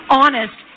honest